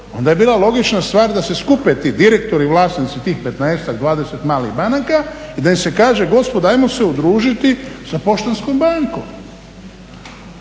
onda je bila logična stvar da se skupe ti direktori, vlasnici tih 15-ak, 20 malih banaka i da im se kaže gospodo ajmo se udružiti sa Poštanskom bankom.